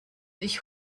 ich